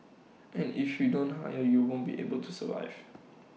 and if you don't hire you won't be able to survive